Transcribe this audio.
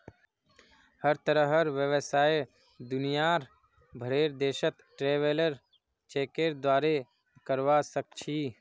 हर तरहर व्यवसाय दुनियार भरेर देशत ट्रैवलर चेकेर द्वारे करवा सख छि